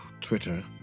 Twitter